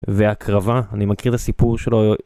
והקרבה, אני מכיר את הסיפור שלו.